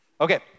Okay